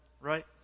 right